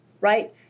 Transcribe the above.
right